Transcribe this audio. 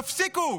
תפסיקו.